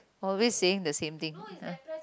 always saying the same thing